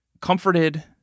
comforted